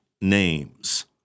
names